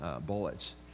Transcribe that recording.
bullets